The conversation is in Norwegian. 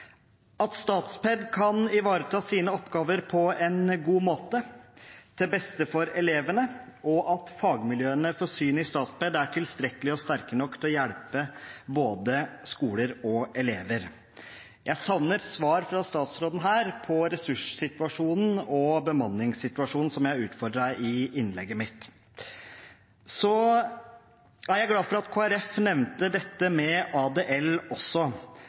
at Statped kan ivareta sine oppgaver på en god måte til beste for elevene, og at fagmiljøene for syn i Statped er tilstrekkelige og sterke nok til å hjelpe både skoler og elever. Jeg savner svar fra statsråden om ressurssituasjonen og bemanningssituasjonen, som jeg utfordret ham på i innlegget mitt. Jeg er glad for at Kristelig Folkeparti nevnte dette med ADL også.